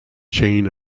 chain